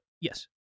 Yes